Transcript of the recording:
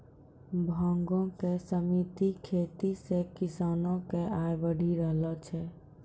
भांगो के सिमित खेती से किसानो के आय बढ़ी रहलो छै